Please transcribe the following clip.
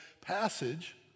passage